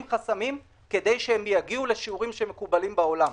חסמים כדי שהם יגיעו לשיעורים שמקובלים בעולם.